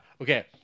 Okay